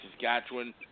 Saskatchewan